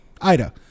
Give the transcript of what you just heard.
Ida